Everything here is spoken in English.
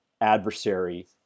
adversary